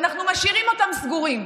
ואנחנו משאירים אותם סגורים.